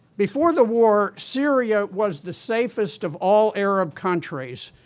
before the war, syria was the safest of all arab countries.